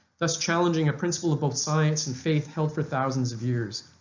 thus challenging a principle of both science and faith held for thousands of years.